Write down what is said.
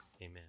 Amen